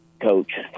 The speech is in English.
coach